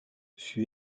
fut